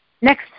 Next